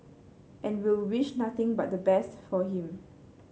and we'll wish nothing but the best for him